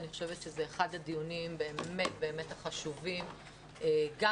אני חושבת שזה אחד הדיונים באמת החשובים גם